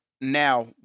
now